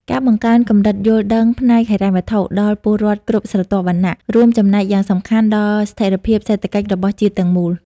ការបង្កើនកម្រិតយល់ដឹងផ្នែកហិរញ្ញវត្ថុ ដល់ពលរដ្ឋគ្រប់ស្រទាប់វណ្ណៈ រួមចំណែកយ៉ាងសំខាន់ដល់ស្ថិរភាពសេដ្ឋកិច្ចរបស់ជាតិទាំងមូល។